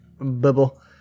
bubble